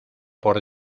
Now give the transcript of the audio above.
por